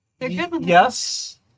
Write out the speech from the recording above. yes